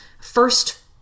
first